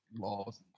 laws